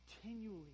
continually